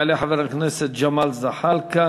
יעלה חבר הכנסת ג'מאל זחאלקה.